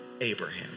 Abraham